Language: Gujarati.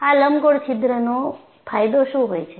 આ લંબગોળ છિદ્રનો ફાયદો શું હોય છે